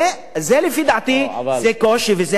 אני חושב, זה לפי דעתי קושי, וזה חסם.